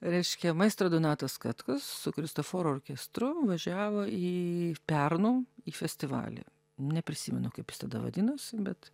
reiškia maestro donatas katkus su kristoforo orkestru važiavo į pernu į festivalį neprisimenu kaip jis tada vadinosi bet